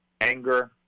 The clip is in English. Anger